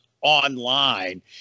online